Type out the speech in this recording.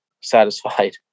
satisfied